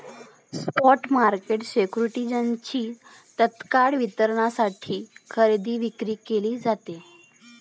spot market सिक्युरिटीजची तत्काळ वितरणासाठी खरेदी विक्री केली जाते